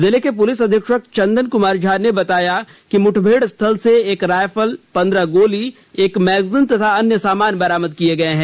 जिले के पुलिस अधीक्षक चंदन कुमार झा ने बताया कि मुठभेड़ स्थल से एक रायफल पन्द्रह गोली एक मैगजीन तथा अन्य सामान बरामद किये गये हैं